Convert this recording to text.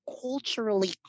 culturally